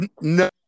No